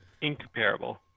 Incomparable